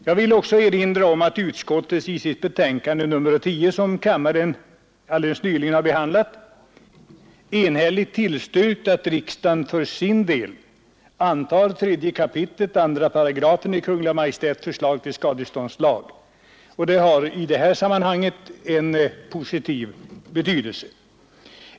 Jag vill också erinra om att utskottet i sitt betänkande nr 10, som kammaren alldeles nyss behandlade, enhälligt tillstyrkte att riksdagen för sin del skulle anta 3 kap. 2 § i Kungl. Maj:ts förslag till skadeståndslag vilket också skedde. Det har i detta sammanhang en positiv betydelse.